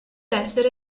essere